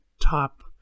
top